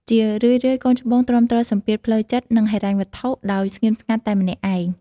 ជារឿយៗ កូនច្បងទ្រាំទ្រសម្ពាធផ្លូវចិត្ត និងហិរញ្ញវត្ថុដោយស្ងៀមស្ងាត់តែម្នាក់ឯង។